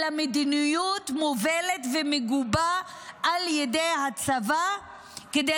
אלא מדיניות מובלת ומגובה על ידי הצבא כדי